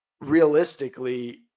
realistically